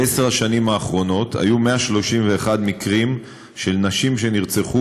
בעשר השנים האחרונות היו 131 מקרים של נשים שנרצחו